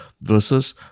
versus